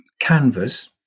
canvas